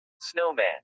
Snowman